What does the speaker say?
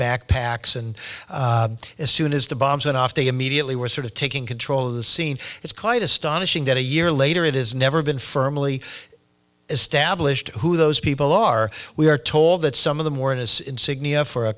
backpacks and as soon as the bombs went off they immediately were sort of taking control of the scene it's quite astonishing that a year later it is never been firmly established who those people are we are told that some of the more it is insignia for a